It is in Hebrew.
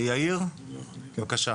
יאיר רוזי, בבקשה.